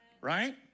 Right